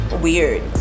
weird